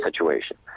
situation